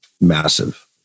massive